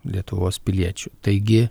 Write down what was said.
lietuvos piliečių taigi